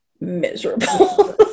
miserable